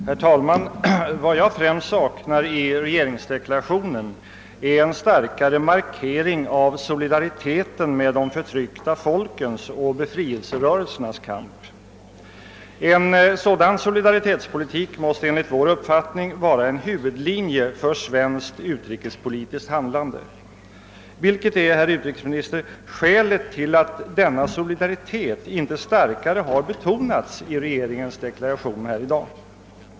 Herr talman! Vad jag främst saknar i regeringsdeklarationen är en starkare markering av solidariteten med de förtryckta folkens och befrielserörelsernas kamp. En sådan solidaritetspolitik måste enligt vår uppfattning vara en huvudlinje för svenskt utrikespolitiskt handlande. Vilket är, herr utrikesminister, skälet till att denna solidaritet inte har betonats starkare i regeringens deklaration här i dag?